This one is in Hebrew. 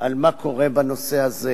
מה קורה בנושא הזה